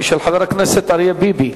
של חבר הכנסת אריה ביבי,